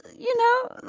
you know,